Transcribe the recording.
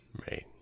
Right